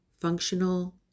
functional